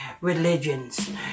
religions